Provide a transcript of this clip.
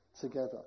together